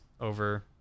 over